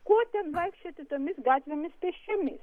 ko ten vaikščioti tomis gatvėmis pėsčiomis